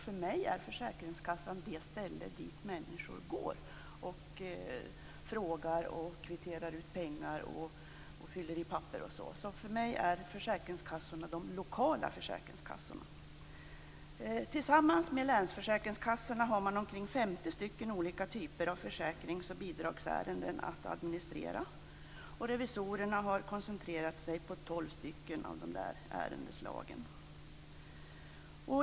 För mig är försäkringskassan det ställe dit människor går för att fråga om något, för att kvittera ut pengar, för att fylla i papper osv. För mig är alltså försäkringskassorna de lokala försäkringskassorna. Tillsammans med länsförsäkringskassorna har man att administrera omkring 50 olika typer av försäkrings och bidragsärenden. Revisorerna har koncentrerat sig på 12 av de ärendeslagen.